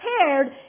prepared